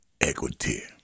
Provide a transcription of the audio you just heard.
equity